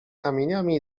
kamieniami